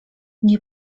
nie